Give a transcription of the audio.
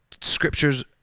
scriptures